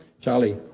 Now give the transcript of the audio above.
Charlie